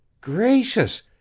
gracious